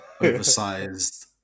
Oversized